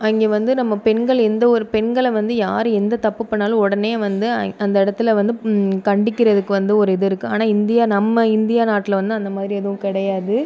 அங்கே வந்து நம்ம பெண்கள் எந்த ஒரு பெண்களை வந்து யார் எந்த தப்பு பண்ணிணாலும் உடனே வந்து அந்த இடத்துல வந்து கண்டிக்கிறதுக்கு வந்து ஒரு இது இருக்குது ஆனால் இந்தியா நம்ம இந்திய நாட்டில் வந்து அந்தமாதிரி எதுவும் கிடையாது